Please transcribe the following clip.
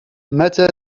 متى